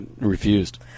refused